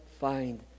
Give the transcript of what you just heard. find